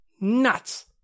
Nuts